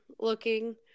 looking